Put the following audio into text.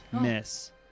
Miss